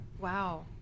Wow